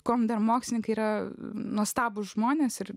kam dar mokslininkai yra nuostabūs žmonės ir